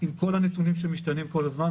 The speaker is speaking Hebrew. עם כל הנתונים שמשתנים כל הזמן,